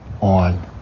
on